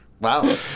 Wow